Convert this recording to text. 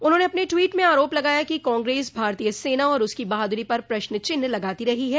उन्होंने अपने ट्वीट में आरोप लगाया कि कांग्रेस भारतीय सेना और उसकी बहादुरी पर प्रश्नचिन्ह लगाती रही है